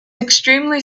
extremely